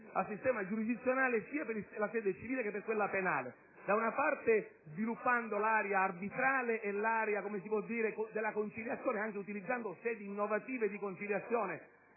al sistema giurisdizionale sia per la sede civile che per quella penale. Da una parte dovrà essere sviluppata l'area arbitrale e l'area della conciliazione, anche utilizzando sedi innovative di conciliazione